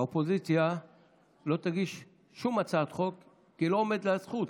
האופוזיציה לא תגיש שום הצעת חוק כי לא עומדת הזכות,